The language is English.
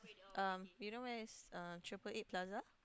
um you know where is uh triple eight plaza